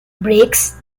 breaks